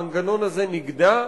המנגנון הזה נגדע,